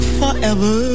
forever